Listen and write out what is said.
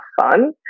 fun